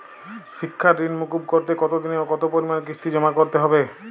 শিক্ষার ঋণ মুকুব করতে কতোদিনে ও কতো পরিমাণে কিস্তি জমা করতে হবে?